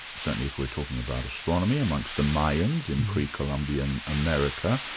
certainly if we're talking about astronomy amongst the mayans in pre-columbian america,